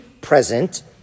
present